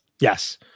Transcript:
Yes